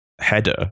header